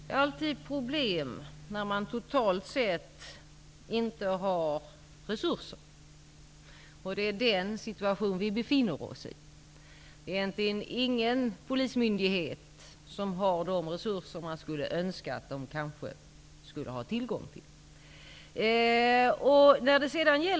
Fru talman! Det uppstår alltid problem när man totalt sett inte har resurser. Det är den situationen vi befinner oss i. Egentligen har ingen polismyndighet de resurser jag skulle önska att de hade tillgång till.